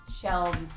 shelves